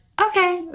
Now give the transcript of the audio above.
okay